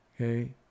okay